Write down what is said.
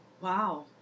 wow